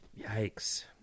Yikes